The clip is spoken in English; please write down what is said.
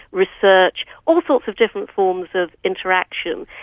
research, all sorts of different forms of interaction,